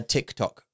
TikTok